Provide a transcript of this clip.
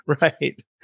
Right